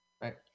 right